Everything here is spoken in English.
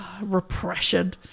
Repression